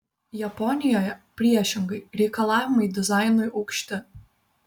japonijoje priešingai reikalavimai dizainui aukšti